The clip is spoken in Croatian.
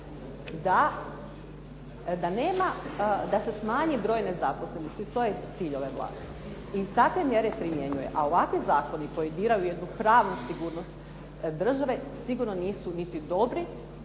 da se smanji broj nezaposlenih. To je cilj ove Vlade. I takve mjere primjenjuje. A ovakvi zakoni, koji diraju u jednu pravnu sigurnost države, sigurno nisu niti dobri,